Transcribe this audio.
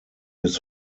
his